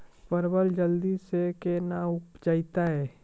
परवल जल्दी से के ना उपजाते?